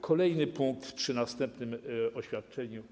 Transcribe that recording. Kolejny punkt przy następnym oświadczeniu.